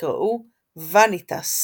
שנקראו ואניטאס,